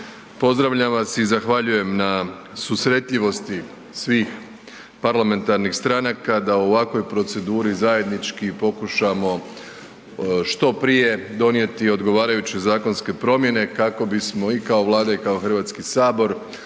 pozdravljam vas i zahvaljujem na susretljivosti svih parlamentarnih stranaka da u ovakvoj proceduri zajednički pokušamo što prije donijeti odgovarajuće zakonske promjene kako bismo i kao Vlada i kao Hrvatski sabor odgovorili